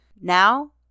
Now